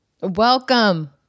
Welcome